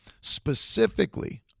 Specifically